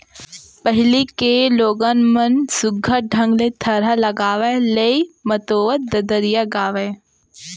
पहिली के लोगन मन सुग्घर ढंग ले थरहा लगावय, लेइ मतोवत ददरिया गावयँ